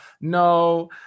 No